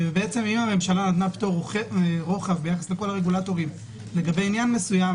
אם הממשלה נתנה פטור רוחב ביחס לכל הרגולטורים לגבי עניין מסוים,